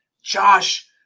Josh